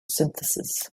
synthesis